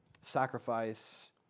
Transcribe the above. sacrifice